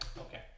okay